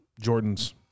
Jordan's